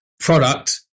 Product